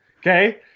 okay